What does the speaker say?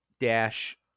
dash